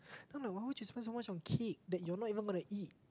then why you spend so much on cake that you're not even gonna eat